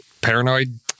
paranoid